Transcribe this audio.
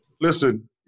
Listen